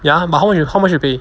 ya but how much you how much you pay